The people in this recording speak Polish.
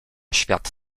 świat